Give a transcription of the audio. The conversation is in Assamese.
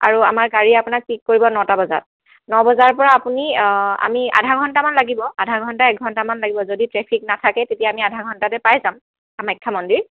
আৰু আমাৰ গাড়ীয়ে আপোনাক পিক কৰিব নটা বজাত ন বজাৰ পৰা আপুনি আমি আধা ঘণ্টামান লাগিব আধা ঘণ্টা এক ঘণ্টামান লাগিব যদিহে ট্ৰেফিক নাথাকে তেতিয়া আমি পাই যাম কামাখ্যা মন্দিৰ